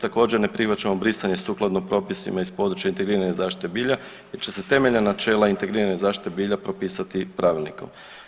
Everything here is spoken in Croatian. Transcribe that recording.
Također ne prihvaćamo brisanje sukladno propisima iz područja integrirane zaštite bilja, te će se temeljna načela integriranja zaštite bilja propisati pravilnikom.